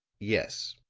yes.